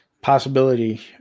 Possibility